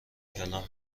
کلم